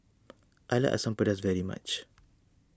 I like Asam Pedas very much